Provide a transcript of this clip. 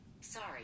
Sorry